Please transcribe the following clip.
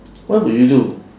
what would you do